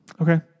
Okay